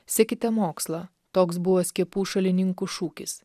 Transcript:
sekite mokslą toks buvo skiepų šalininkų šūkis